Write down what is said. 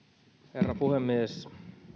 herra puhemies